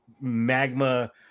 magma